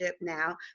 now